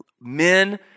men